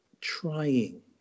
trying